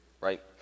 right